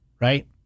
Right